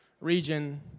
region